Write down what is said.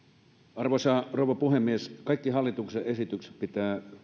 arvoisa rouva puhemies kaikkien hallituksen esitysten pitää